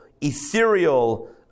ethereal